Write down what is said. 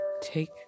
take